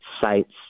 sites